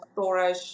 storage